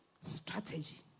strategy